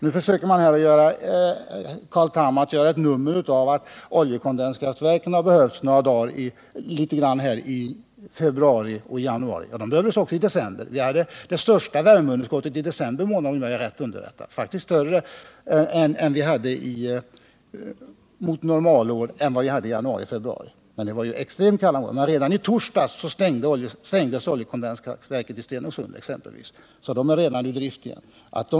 Nu försöker Carl Tham att göra ett nummer av att oljekondenskraftverken i någon mån behövdes i januari och februari. Men de behövdes också i december. Om jag är riktigt underrättad hade vi det största värmeunderskottet i december. Det var faktiskt större än i januari och februari. Men redan i torsdags stängdes t.ex. oljekondenskraftverket i Stenungsund. Där är alltså driften redan stoppad.